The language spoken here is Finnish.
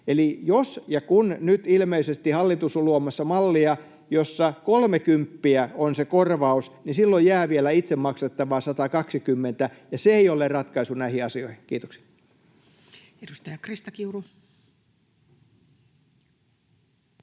Eli jos ja kun nyt ilmeisesti hallitus on luomassa mallia, jossa kolmekymppiä on se korvaus, niin silloin jää vielä itse maksettavaa 120, ja se ei ole ratkaisu näihin asioihin. — Kiitoksia. [Speech 241]